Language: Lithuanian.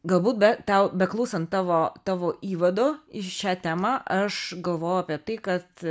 galbūt be tau beklausant tavo tavo įvado į šią temą aš galvojau apie tai kad